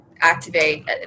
activate